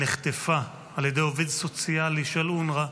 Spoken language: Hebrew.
נחטפה על ידי עובד סוציאלי של אונר"א,